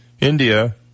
India